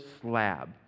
slab